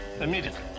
Immediately